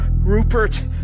Rupert